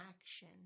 action